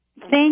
Thank